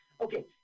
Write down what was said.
Okay